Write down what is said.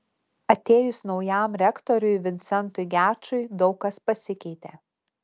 atėjus naujam rektoriui vincentui gečui daug kas pasikeitė